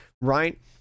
right